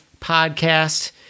podcast